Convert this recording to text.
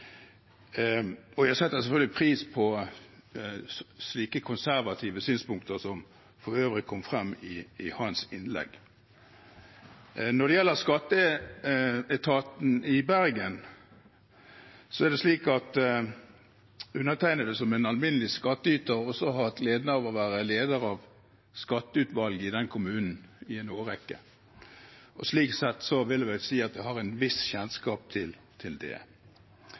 Jeg setter selvfølgelig pris på slike konservative synspunkter som for øvrig kom frem i hans innlegg. Når det gjelder skatteetaten i Bergen, har undertegnede som alminnelig skattyter også hatt gleden av å være leder av skatteutvalget i den kommunen i en årrekke. Slik sett vil jeg vel si at jeg har et visst kjennskap til den etaten. Det